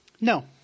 No